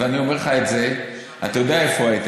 ואני אומר לך את זה אתה יודע איפה הייתי.